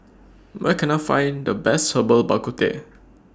Where Can I Find The Best Herbal Bak Ku Teh